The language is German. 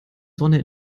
sonne